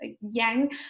yang